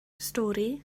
stori